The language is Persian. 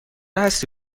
هستی